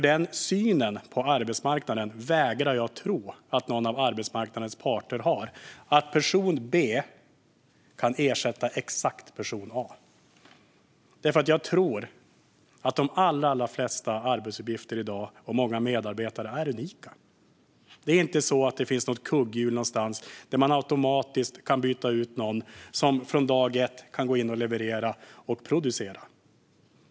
Den synen på arbetsmarknaden vägrar jag nämligen att tro att någon av arbetsmarknadens parter har: att person B exakt kan ersätta person A. Jag tror att de allra flesta arbetsuppgifter och medarbetare i dag är unika. Det är inte så att det finns något kugghjul någonstans där man automatiskt kan sätta in någon som från dag ett kan gå in och leverera och producera.